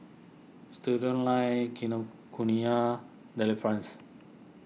Studioline Kinokuniya Delifrance